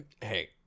hey